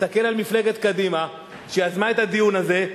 להסתכל על מפלגת קדימה שיזמה את הדיון הזה,